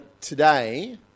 today